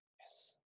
Yes